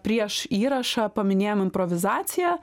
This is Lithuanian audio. prieš įrašą paminėjom improvizaciją